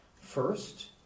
First